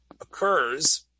occurs